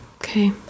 Okay